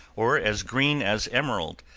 or as green as emerald,